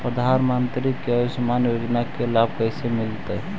प्रधानमंत्री के आयुषमान योजना के लाभ कैसे मिलतै?